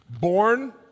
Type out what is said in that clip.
born